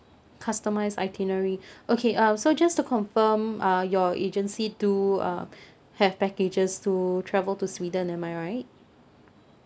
customised itinerary okay uh so just to confirm uh your agency do uh have packages to travel to sweden am I right